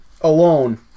alone